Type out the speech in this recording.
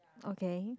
okay